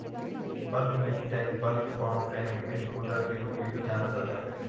bulk milk tank bulk farm tank milk cooler के रूप में भी जाना जाता है,